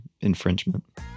infringement